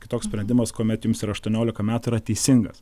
kitoks sprendimas kuomet jums yra aštuoniolika metų yra teisingas